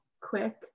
quick